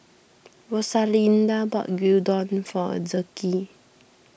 Rosalinda bought Gyudon for Zeke